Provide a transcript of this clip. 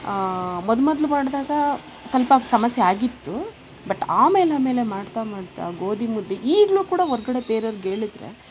ಮೊದ್ ಮೊದಲು ಮಾಡ್ದಾಗ ಸ್ವಲ್ಪ ಸಮಸ್ಯೆ ಆಗಿತ್ತು ಬಟ್ ಆಮೇಲೆ ಆಮೇಲೆ ಮಾಡ್ತಾ ಮಾಡ್ತಾ ಗೋದಿ ಮುದ್ದೆ ಈಗಲೂ ಕೂಡ ಹೊರ್ಗಡೆ ಬೇರೆಯವರ್ಗೇಳಿದರೆ